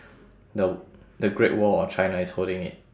the the great wall of china is holding it